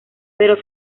pero